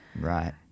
Right